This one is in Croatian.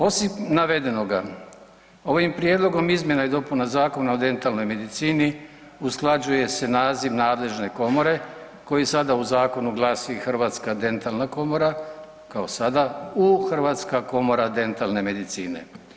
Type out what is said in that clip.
Osim navedenoga ovim prijedlogom izmjena i dopuna Zakona o dentalnoj medicini usklađuje se naziv nadležne komore koji sada u zakonu glasi Hrvatska dentalna komora kao sada u Hrvatska komora dentalne medicine.